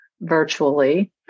virtually